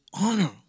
honor